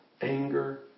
anger